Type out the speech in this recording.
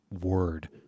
word